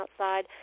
outside